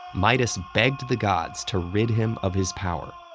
midas begged the gods to rid him of his power.